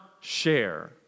share